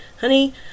Honey